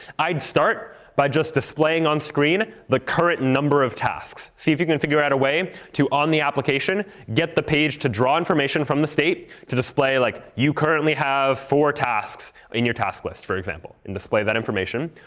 i'd start by just displaying on screen the current number of tasks. see if you can figure out a way to, on the application, get the page to draw information from the state to display, like, you currently have four tasks in your task list, for example, and display that information.